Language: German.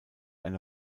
eine